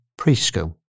preschool